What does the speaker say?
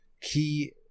key